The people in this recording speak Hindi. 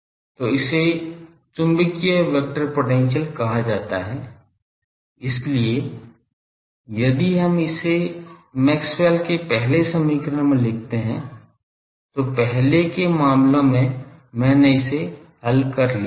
तो इसे चुंबकीय वेक्टर पोटेंशियल कहा जाता है इसलिए यदि हम इसे मैक्सवेल के पहले समीकरण में रखते हैं जो पहले के मामलों में मैंने हल करने के लिए लिया था